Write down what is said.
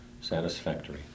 satisfactory